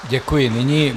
Děkuji.